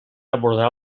abordar